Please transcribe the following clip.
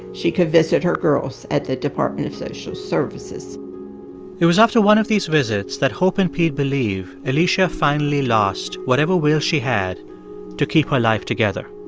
she could visit her girls at the department of social services it was after one of these visits that hope and pete believe alicia finally lost whatever will she had to keep her life together.